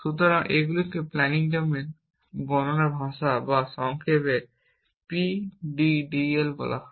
সুতরাং এগুলোকে planning domain বর্ণনার ভাষা বা সংক্ষেপে PDDL বলা হয়